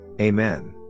Amen